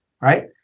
Right